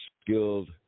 skilled